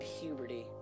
Puberty